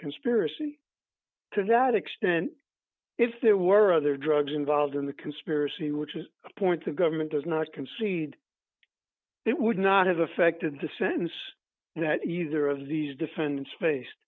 conspiracy to that extent if there were other drugs involved in the conspiracy which is a point the government does not concede it would not have affected the sentence that you either of these defend